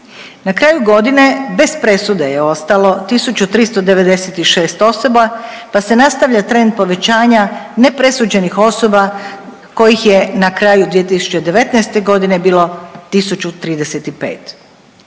Na kraju godine bez presude je ostalo tisuću 396 osoba, pa se nastavlja trend povećanja nepresuđenih osoba kojih je na kraju 2019. godine bilo